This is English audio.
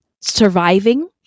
surviving